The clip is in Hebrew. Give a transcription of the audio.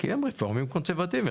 כי הם רפורמים קונסרבטיבים.